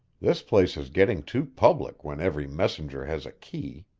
this place is getting too public when every messenger has a key.